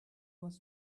was